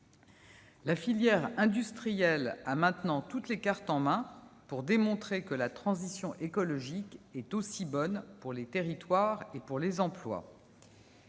La filière industrielle a maintenant toutes les cartes en main pour démontrer que la transition écologique est bonne aussi pour les territoires et pour les emplois.